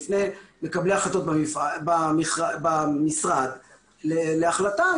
בפני מקבלי ההחלטות במשרד להחלטה.